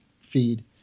feed